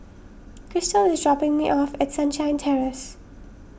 Kristal is dropping me off at Sunshine Terrace